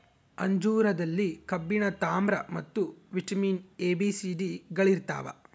ಅಂಜೂರದಲ್ಲಿ ಕಬ್ಬಿಣ ತಾಮ್ರ ಮತ್ತು vitamin A B C D ಗಳಿರ್ತಾವ